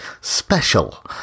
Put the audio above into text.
special